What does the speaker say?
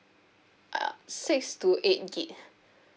uh six to eight gig